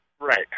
Right